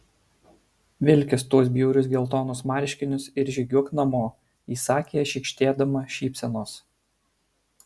vilkis tuos bjaurius geltonus marškinius ir žygiuok namo įsakė šykštėdama šypsenos